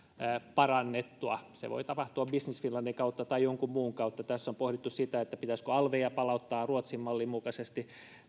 parannettua se voi tapahtua business finlandin kautta tai jonkun muun kautta tässä on pohdittu pitäisikö alveja palauttaa ruotsin mallin mukaisesti